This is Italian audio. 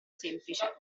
semplice